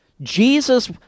Jesus